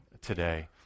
today